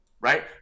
right